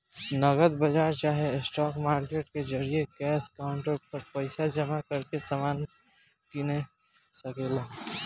नगद बाजार चाहे स्पॉट मार्केट के जरिये कैश काउंटर पर पइसा जमा करके समान के कीना सके ला